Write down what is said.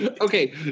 Okay